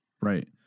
right